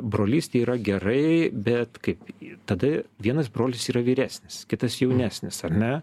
brolystė yra gerai bet kaip tada vienas brolis yra vyresnis kitas jaunesnis ar ne